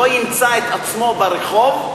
לא ימצא את עצמו ברחוב.